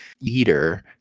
leader